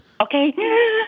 Okay